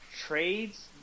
trades